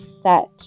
set